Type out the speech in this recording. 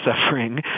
suffering